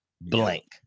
blank